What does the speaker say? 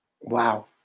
Wow